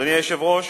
אדוני היושב-ראש,